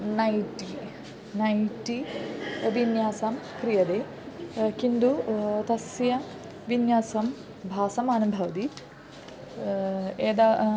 nighty नैटि विन्यासं क्रियते किन्तु तस्य विन्यासं भासमानं भवति यदा